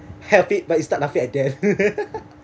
help it but you start laughing at them